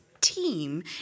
team